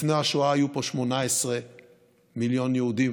לפני השואה היו פה 18 מיליון יהודים,